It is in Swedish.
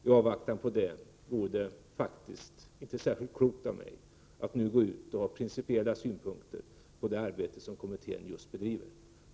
I avvaktan på detta förslag vore det faktiskt inte särskilt klokt av mig att nu gå ut och ha principiella synpunkter på det arbete som kommittén just bedriver.